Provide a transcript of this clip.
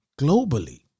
Globally